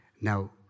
Now